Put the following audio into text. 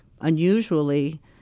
unusually